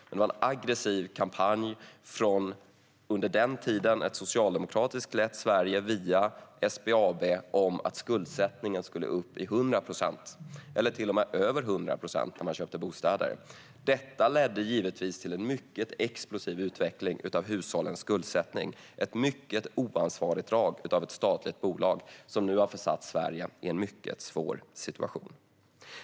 Men det var en aggressiv kampanj från ett under den tiden socialdemokratiskt lett Sverige via SBAB om att skuldsättningen skulle upp till 100 procent eller till och med över 100 procent när det var fråga om köp av bostäder. Detta ledde givetvis till en mycket explosiv utveckling av hushållens skuldsättning. Det var ett mycket oansvarigt drag av ett statligt bolag som nu har försatt Sverige i en mycket svår situation.